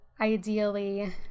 ideally